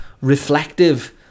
reflective